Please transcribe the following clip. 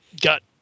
got